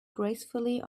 gracefully